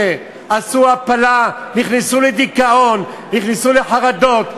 עשו הפלה הן נכנסו לדיכאון ולחרדות.